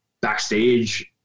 backstage